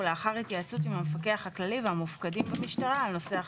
ולאחר התייעצות עם המפקח הכללי והמופקדים במשטרה על נושא החקירות.